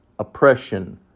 Oppression